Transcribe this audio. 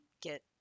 get